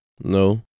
No